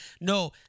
No